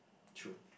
true